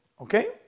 Okay